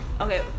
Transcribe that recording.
Okay